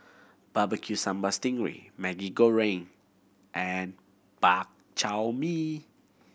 bbq sambal sting ray Maggi Goreng and Bak Chor Mee